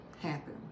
happen